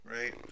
right